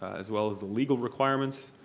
as well as the legal requirements.